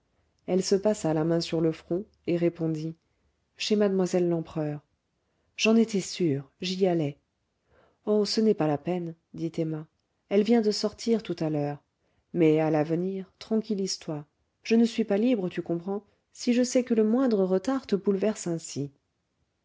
elle se passa la main sur le front et répondit chez mademoiselle lempereur j'en étais sûr j'y allais oh ce n'est pas la peine dit emma elle vient de sortit tout à l'heure mais à l'avenir tranquillise-toi je ne suis pas libre tu comprends si je sais que le moindre retard te bouleverse ainsi